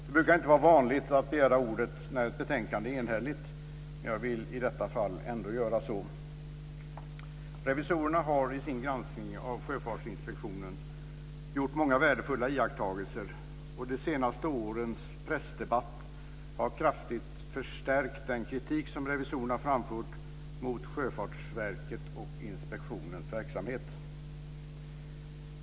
Herr talman! Det brukar inte vara vanligt att man begär ordet när ett betänkande är enhälligt, men jag vill i detta fall ändå göra så. Revisorerna har i sin granskning av Sjöfartsinspektionen gjort många värdefulla iakttagelser, och de senaste årens pressdebatt har kraftigt förstärkt den kritik som revisorerna har framför mot Sjöfartsverkets och inspektionens verksamhet.